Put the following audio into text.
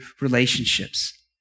relationships